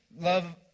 love